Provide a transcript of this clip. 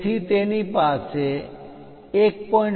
તેથી તેની પાસે 1